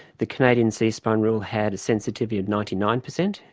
the canadian c-spine rule had a sensitivity of ninety nine percent,